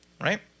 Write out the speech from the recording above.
right